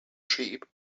sheep